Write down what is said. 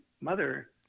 mother